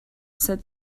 said